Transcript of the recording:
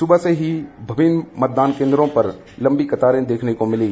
सूबह से ही विभिन्न मतदान केन्द्रों पर लम्बी कतारें देखने को मिलीं